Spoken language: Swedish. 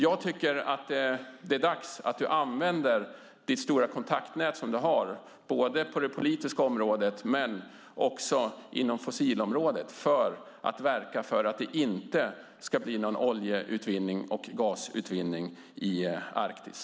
Jag tycker att det är dags att du använder det stora kontaktnät som du har både på det politiska området och på fossilområdet för att verka för att det inte ska bli någon oljeutvinning och gasutvinning i Arktis.